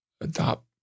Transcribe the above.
adopt